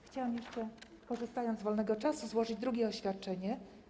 Chciałam jeszcze, korzystając z wolnego czasu, złożyć drugie oświadczenie.